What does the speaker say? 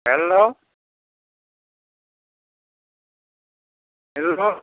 hello hello